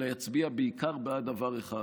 אלא יצביע בעיקר בעד דבר אחד,